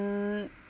mm